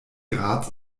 graz